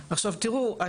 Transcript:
אני רוצה לספר